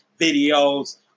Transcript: videos